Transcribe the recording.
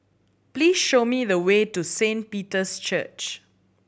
please show me the way to Saint Peter's Church